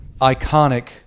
iconic